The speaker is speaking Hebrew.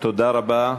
תודה רבה.